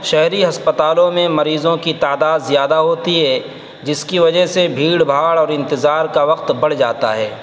شہری ہسپتالوں میں مریضوں کی تعداد زیادہ ہوتی ہے جس کی وجہ سے بھیڑ بھاڑ اور انتظار کا وقت بڑھ جاتا ہے